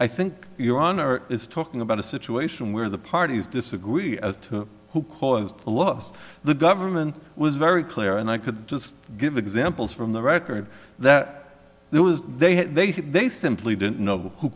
i think your honor is talking about a situation where the parties disagree as to who caused the loss the government was very clear and i could just give examples from the record that there was they had they say they simply didn't know